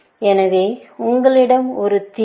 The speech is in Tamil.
எனவே உங்களிடம் ஒரு தீர்வு